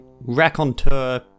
raconteur